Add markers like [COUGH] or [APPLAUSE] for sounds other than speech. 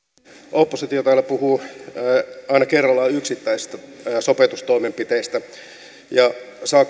oppositio täällä puhuu aina yksittäisistä sopeutustoimenpiteistä kerrallaan ja saa [UNINTELLIGIBLE]